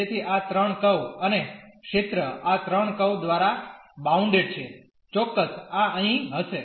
તેથી આ ત્રણ કર્વ અને ક્ષેત્ર આ ત્રણ કર્વ દ્વારા બાઉન્ડેડ છે ચોક્કસ આ અહીં હશે